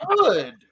good